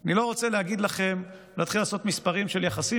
אני לא רוצה להגיד לכם להתחיל לעשות מספרים של יחסים,